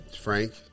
Frank